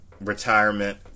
retirement